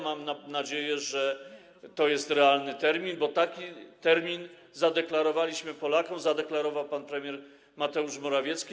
Mam nadzieję, że to jest realny termin, bo taki termin zadeklarowaliśmy Polakom, zadeklarował to pan premier Mateusz Morawiecki.